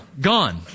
gone